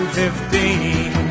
fifteen